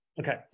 Okay